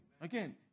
Again